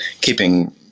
keeping